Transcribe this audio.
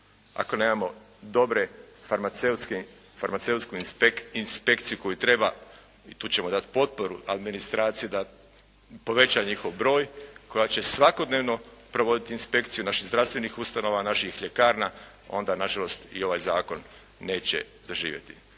ako nemamo dobru farmaceutsku inspekciju koju treba, i tu ćemo dati potporu, administraciji da poveća njihov broj koja će svakodnevno provoditi inspekciju naših zdravstvenih ustanova, naših ljekarna onda nažalost i ovaj zakon neće zaživjeti.